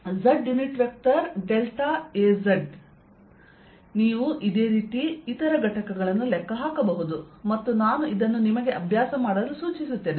Az ನೀವು ಇದೇ ರೀತಿ ಇತರ ಘಟಕಗಳನ್ನು ಲೆಕ್ಕ ಹಾಕಬಹುದು ಮತ್ತು ನಾನು ಇದನ್ನು ನಿಮಗೆ ಅಭ್ಯಾಸ ಮಾಡಲು ಸೂಚಿಸುತ್ತೇನೆ